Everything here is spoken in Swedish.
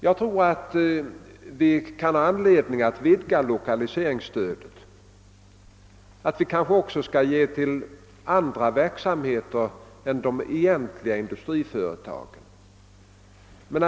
Jag tror att vi kan ha anledning att vidga lokaliseringsstödet, att vi kanske också skall ge stöd till andra verksamheter än de egentliga industriföretagen.